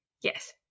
Yes